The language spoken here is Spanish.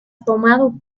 tomado